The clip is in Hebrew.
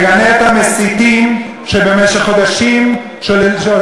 אני מגנה את המסיתים שבמשך שנים עושים